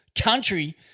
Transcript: country